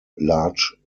large